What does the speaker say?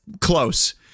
close